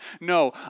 No